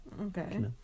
Okay